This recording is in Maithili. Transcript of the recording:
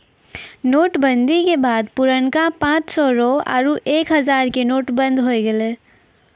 नोट बंदी के बाद पुरनका पांच सौ रो आरु एक हजारो के नोट बंद होय गेलै